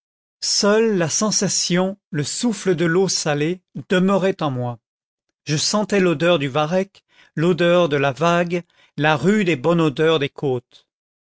seuls la sensation le souffle de l'eau salée demeuraient en moi je sentais l'odeur du varech l'odeur de la vague la rude et bonne odeur des côtes